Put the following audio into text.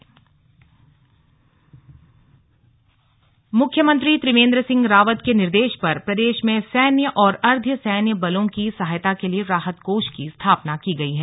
राहत कोष मुख्यमंत्री त्रिवेन्द्र सिंह रावत के निर्देश पर प्रदेश में सैन्य और अर्द्ध सैन्य बलों की सहायता के लिए राहत कोष की स्थापना की गई है